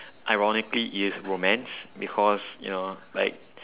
ironically is romance because you know like